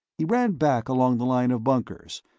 he ran back along the line of bunkers,